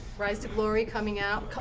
rise to glory, coming out.